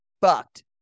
fucked